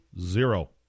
zero